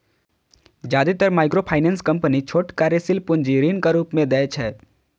जादेतर microfinance company छोट कार्यशील पूंजी ऋणक रूप मे दै छै